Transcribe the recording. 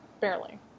barely